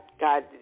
God